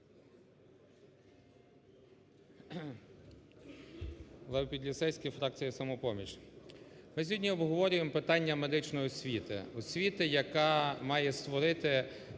Лев Підлісецький, фракція "Самопоміч". Ми сьогодні обговорюємо питання медичної освіти, освіти, яка має створити